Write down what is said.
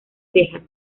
texas